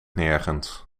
nergens